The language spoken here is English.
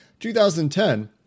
2010